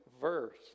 verse